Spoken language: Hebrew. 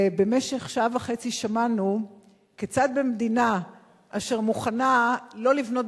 במשך שעה וחצי שמענו כיצד במדינה אשר מוכנה לא לבנות